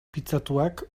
pitzatuak